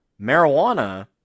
marijuana